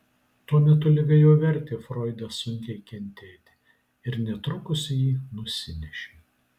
tuo metu liga jau vertė froidą sunkiai kentėti ir netrukus jį nusinešė